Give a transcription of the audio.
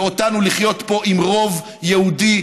ולנו לחיות פה עם רוב יהודי,